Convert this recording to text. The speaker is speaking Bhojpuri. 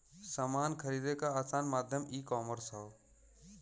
समान खरीदे क आसान माध्यम ईकामर्स हौ